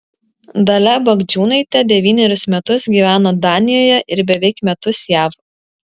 dalia bagdžiūnaitė devynerius metus gyveno danijoje ir beveik metus jav